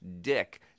dick